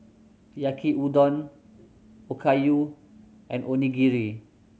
Yaki Udon Okayu and Onigiri